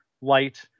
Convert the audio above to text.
light